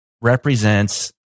represents